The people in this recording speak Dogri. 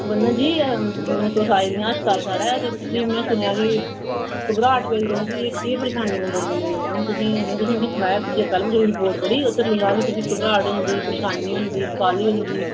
वंदना जी तुस आई दी हियां अस्पताल साढ़े तुसेंगी में सुनेआ कि घबराह्ट बनी रौंह्दी ऐ केह् परेशानी ऐ बड़े दिने दी हून तुसें मिगी सनाया में कल तुंदी रपोर्ट पढ़ी उस च लिखे दा हा कि तुसें घबराह्ट होंदी परेशानी होंदी क्हाली होंदी